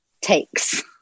takes